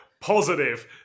positive